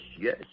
yes